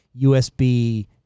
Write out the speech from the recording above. usb